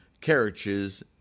carriages